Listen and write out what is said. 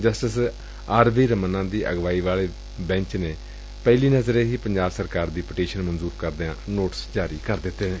justice R V Ramana ਦੀ ਅਗਵਾਈ ਵਾਲੇ ਬੈਂਚ ਨੇ ਪਹਿਲੀ ਨਜ਼ਰੇ ਹੀ ਪੰਜਾਬ ਸਰਕਾਰ ਦੀ ਪਟੀਸ਼ਨ ਮਨਜੂਰ ਕਰਦਿਆ ਨੋਟਿਸ ਜਾਰੀ ਕੀਤੇ ਨੇ